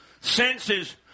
senses